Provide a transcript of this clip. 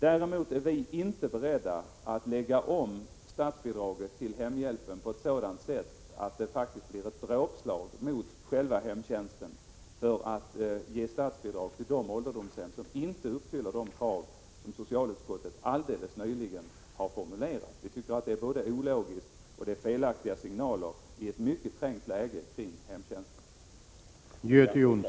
Däremot är vi inte beredda att lägga om statsbidraget till hemhjälpen på ett sådant sätt att det faktiskt blir ett dråpslag mot själva hemtjänsten för att ge statsbidrag till de ålderdomshem som inte uppfyller de krav som socialutskottet alldeles nyligen har formulerat. Vi tycker att det är ologiskt och att det är felaktiga signaler i ett för hemtjänsten mycket trängt läge.